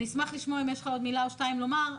אשמח לשמוע אם יש לך עוד מילה או שתיים לומר.